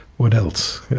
what else?